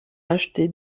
achetées